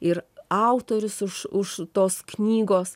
ir autorius už už tos knygos